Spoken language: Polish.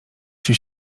się